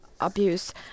abuse